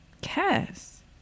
Cass